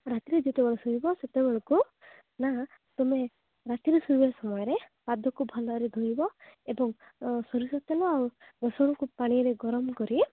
ରାତିରେ ଯେତେବେଳେ ଶୋଇବ ସେତେବେଳକୁ ନା ତୁମେ ରାତିରେ ଶୋଇବା ସମୟରେ ପାଦକୁ ଭଲରେ ଧୋଇବ ଏବଂ ସୋରିଷ ତେଲ ଆଉ ରସୁଣକୁ ପାଣିରେ ଗରମ କରି